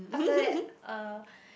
after that uh